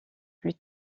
plus